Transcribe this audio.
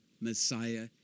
Messiah